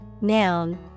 noun